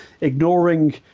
Ignoring